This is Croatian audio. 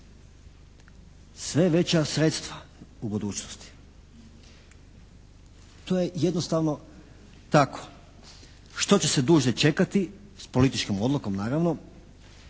sve veća sredstva u budućnosti. To je jednostavno tako. Što će se duže čekati s političkom odlukom naravno